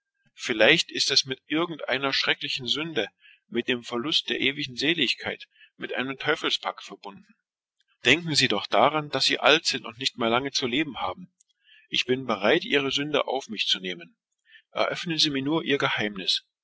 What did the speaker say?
vielleicht ist es mit einer furchtbaren sünde verknüpft mit dem verluste der ewigen seligkeit einem teuflischen vertrage bedenken sie nur sie sind alt sie haben nicht lange mehr zu leben ich nehme gern ihre sünde auf meine seele enthüllen sie mir ihr geheimnis